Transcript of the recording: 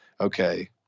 okay